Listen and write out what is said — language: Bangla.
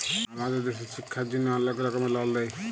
আমাদের দ্যাশে ছিক্ষার জ্যনহে অলেক রকমের লল দেয়